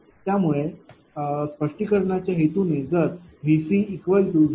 त्यामुळे स्पष्टीकरणा च्या हेतूने जर Vc 1